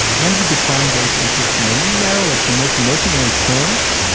and you defined those interests in the narrowest and most mercenary terms.